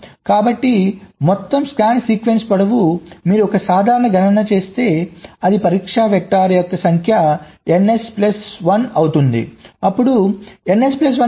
కాబట్టి మొత్తం scan sequence పొడవు మీరు ఒక సాధారణ గణన చేస్తే అది పరీక్ష వెక్టర్స్ సంఖ్యకు ns ప్లస్ 1 అవుతుంది అప్పుడు ns ప్లస్ 1 ఎందుకు